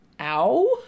ow